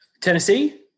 Tennessee